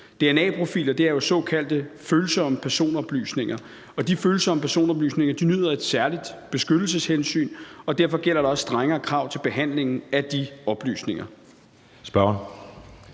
Dna-profiler er jo såkaldte følsomme personoplysninger, og de følsomme personoplysninger nyder et særligt beskyttelseshensyn, og derfor gælder der også strengere krav til behandlingen af de oplysninger.